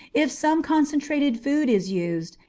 if some concentrated food is used,